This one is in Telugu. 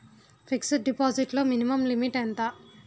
ఫిక్సడ్ డిపాజిట్ లో మినిమం లిమిట్ ఎంత?